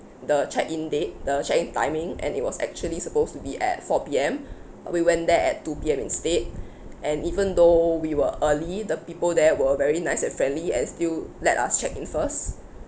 the check in date the check in timing and it was actually supposed to be at four P_M uh we went there at two P_M instead and even though we were early the people there were very nice and friendly and still let us check in first